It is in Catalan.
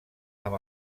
amb